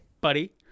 buddy